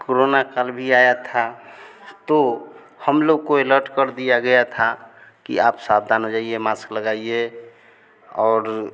corona काल भी आया था तो हम लोग को एलर्ट कर दिया गया था कि आप सावधान हो जाइए मास्क लगाइए और